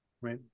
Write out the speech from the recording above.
Right